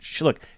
Look